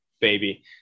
baby